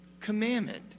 commandment